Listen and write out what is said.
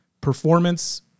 performance